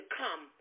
come